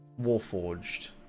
Warforged